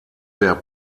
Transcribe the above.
der